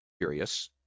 curious